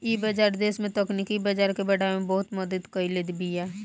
इ बाजार देस में तकनीकी बाजार के बढ़ावे में बहुते मदद कईले बिया